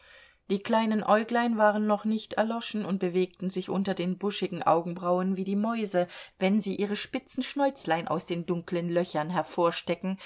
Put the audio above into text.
die kleinen äuglein waren noch nicht erloschen und bewegten sich unter den buschigen augenbrauen wie die mäuse wenn sie ihre spitzen schnäuzlein aus den dunklen löchern